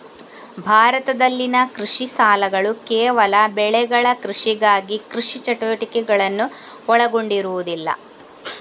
ಭಾರತದಲ್ಲಿನ ಕೃಷಿ ಸಾಲಗಳುಕೇವಲ ಬೆಳೆಗಳ ಕೃಷಿಗಾಗಿ ಕೃಷಿ ಚಟುವಟಿಕೆಗಳನ್ನು ಒಳಗೊಂಡಿರುವುದಿಲ್ಲ